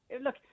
Look